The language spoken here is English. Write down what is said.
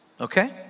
okay